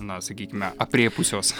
na sakykime aprėpusios